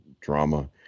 drama